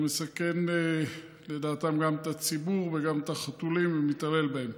הוא מסכן לדעתן גם את הציבור וגם את החתולים ומתעלל בהם.